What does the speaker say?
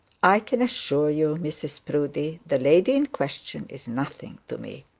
i can assure you, mrs proudie, the lady in question is nothing to me